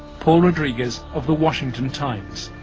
paul rodriguez of the washington times.